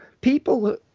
people